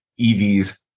EVs